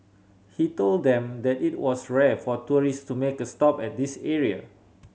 he told them that it was rare for tourist to make a stop at this area